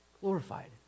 Glorified